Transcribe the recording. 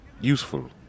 useful